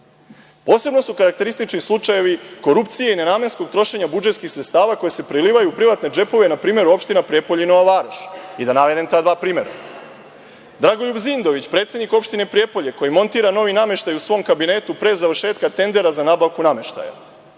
Posebno su karakteristični slučajevi korupcije i nenamenskog trošenja budžetskih sredstava koja se prelivaju u privatne džepove npr. opština Prijepolje i Nova Varoš. Da navedem ta dva primera. Dragoljub Zindović, predsednik opštine Prijepolje, koji montira novi nameštaj u svom kabinetu pre završetka tendera za nabavku nameštaja